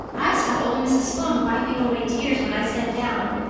i saw old mrs. sloane wiping away tears when i sat down.